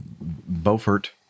Beaufort